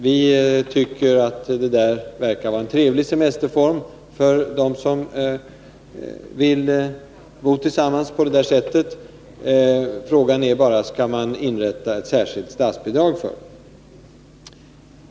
Vi tycker att den berörda semesterformen verkar vara trevlig för dem som vill bo tillsammans på detta sätt. Frågan är bara om man skall inrätta ett särskilt statsbidrag för det.